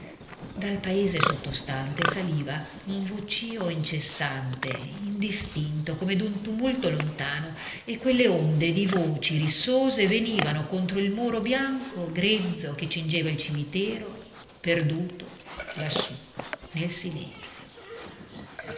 dal paese sottostante saliva un vocio incessante indistinto come d'un tumulto lontano e quelle onde di voci rissose vanivano contro il muro bianco grezzo che cingeva il cimitero perduto lassù nel silenzio